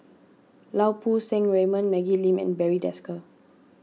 Lau Poo Seng Raymond Maggie Lim and Barry Desker